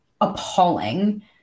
appalling